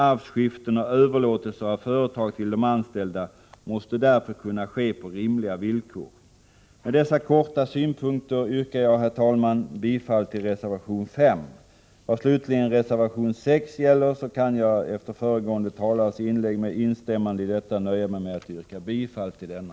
Arvsskiften och överlåtelser av företag till de anställda måste därför kunna ske på rimliga villkor. Med dessa kortfattade synpunkter yrkar jag, herr talman, bifall till reservation 5. . Vad slutligen gäller reservation 6 kan jag, efter föregående talares inlägg och med instämmande i detta, nöja mig med att yrka bifall till denna.